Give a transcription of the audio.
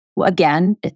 again